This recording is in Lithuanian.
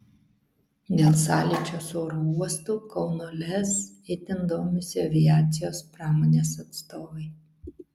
dėl sąlyčio su oro uostu kauno lez itin domisi aviacijos pramonės atstovai